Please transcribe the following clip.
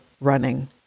running